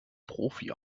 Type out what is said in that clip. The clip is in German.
profi